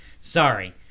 Sorry